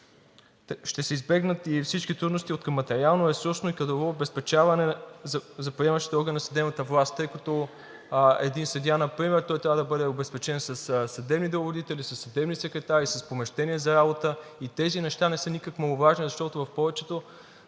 ще се избегнат и всички трудности откъм материално, ресурсно и кадрово обезпечаване за приемащите органи на съдебната власт. Тъй като един съдия например трябва да бъде обезпечен със съдебни деловодители, със съдебни секретари, с помещения за работа и тези неща не са никак маловажни, защото в повечето